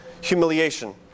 humiliation